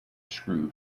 screw